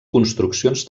construccions